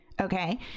Okay